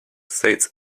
states